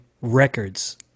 records